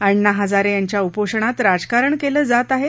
अण्णा हजारे यांच्या उपोषणात राजकारण केले जात आहे